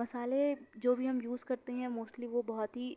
مسالے جو بھی ہم یوز کرتے ہیں موسٹلی وہ بہت ہی